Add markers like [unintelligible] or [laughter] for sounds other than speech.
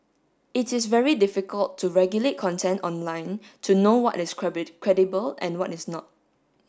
it is very difficult to regulate content online to know what is [unintelligible] credible and what is not